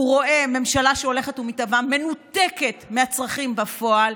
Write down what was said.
הוא רואה ממשלה שהולכת ומתעבה מנותקת מהצרכים בפועל.